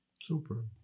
Super